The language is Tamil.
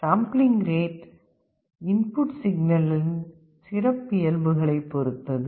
சாம்பிளிங் ரேட் இன்புட் சிக்னலின் சிறப்பியல்புகளைப் பொறுத்தது